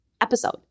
episode